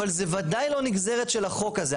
אבל זה ודאי לא נגזרת של החוק הזה.